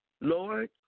Lord